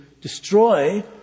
destroy